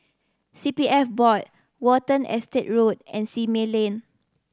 C P F Board Watten Estate Road and Simei Lane